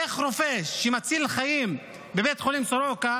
איך רופא שמציל חיים בבית החולים סורוקה,